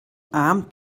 abend